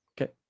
Okay